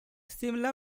similar